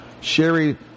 Sherry